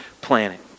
planet